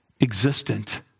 existent